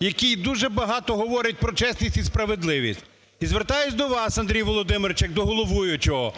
який дуже багато говорить про чесність і справедливість. І звертаюсь до вас, Андрій Володимирович, як до головуючого,